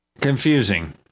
Confusing